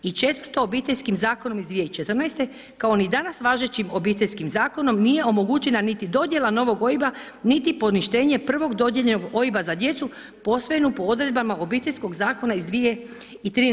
I četvrto, Obiteljskim zakonom iz 2014. kao ni danas važećem Obiteljskim zakonom nije omogućena niti dodjela novog OIB-a niti poništenje dodijeljenog OIB-a za djecu posvojenu po odredbama Obiteljskog zakona iz 2013.